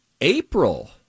April